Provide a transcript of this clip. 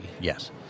Yes